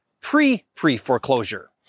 pre-pre-foreclosure